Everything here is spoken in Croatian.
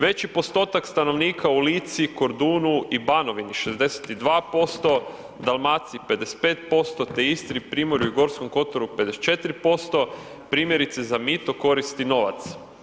Veći postotak stanovnika u Lici, Kordunu i Banovini, 62%, Dalmaciji 55% te Istri, Primorju i Gorskom kotaru 54%, primjerice za mito koristi novac.